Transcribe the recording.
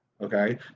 Okay